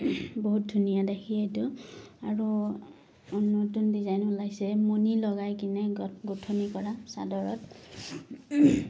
বহুত ধুনীয়া দেখি এইটো আৰু অন্য নতুন ডিজাইন ওলাইছে মণি লগাই কিনে গোঁঠনি কৰা চাদৰত